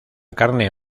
carne